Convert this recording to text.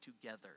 together